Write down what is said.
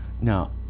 Now